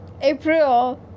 April